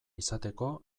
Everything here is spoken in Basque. izateko